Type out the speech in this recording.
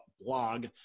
blog